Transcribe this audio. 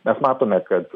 mes matome kad